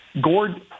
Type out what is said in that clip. Gord